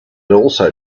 also